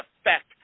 effect